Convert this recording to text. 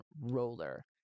Roller